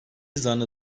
zanlı